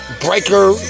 Breaker